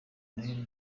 noheli